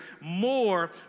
more